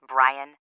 Brian